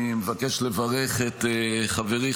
אני מבקש לברך את חברי,